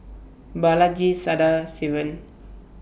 Balaji Sadasivan